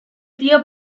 tío